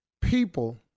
people